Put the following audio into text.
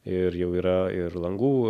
ir jau yra ir langų